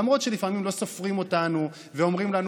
למרות שלפעמים לא סופרים אותנו ואומרים לנו